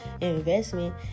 investment